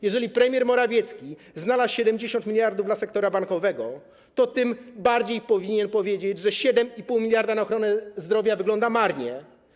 Jeżeli premier Morawiecki znalazł 70 mld dla sektora bankowego, to tym bardziej powinien wiedzieć, że 7,5 mld na ochronę zdrowia wygląda marnie.